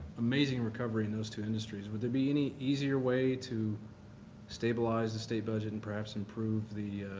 amazing recovery in those two industries, would there be any easier way to stabilize the state budget and perhaps improve the